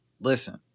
listen